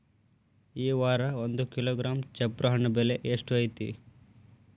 ಈ ವಾರ ಒಂದು ಕಿಲೋಗ್ರಾಂ ಚಪ್ರ ಹಣ್ಣ ಬೆಲೆ ಎಷ್ಟು ಐತಿ?